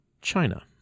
China